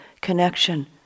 connection